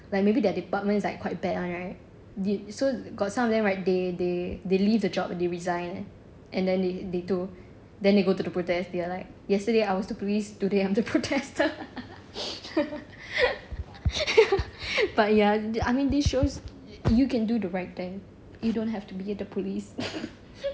like maybe their department is like quite bad [one] right so got some of them right they they they leave the job and they resign and then they told then they go to the protest they are like yesterday I am the police today I am the protester but ya I mean this shows you can do the right thing you don't have to be the police